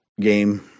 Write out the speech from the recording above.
game